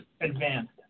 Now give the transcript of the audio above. advanced